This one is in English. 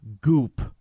goop